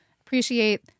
appreciate